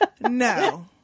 No